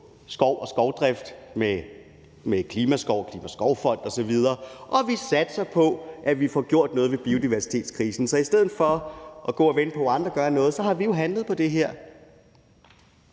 skov og skovdrift med klimaskov og Klimaskovfond osv., og vi satser på, at vi får gjort noget ved biodiversitetskrisen. Så i stedet for at gå og vente på, at andre gør noget, har vi handlet på det her.